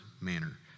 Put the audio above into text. manner